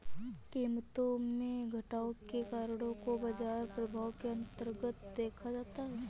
कीमतों में घटाव के कारणों को बाजार प्रभाव के अन्तर्गत देखा जाता है